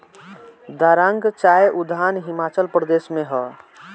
दारांग चाय उद्यान हिमाचल प्रदेश में हअ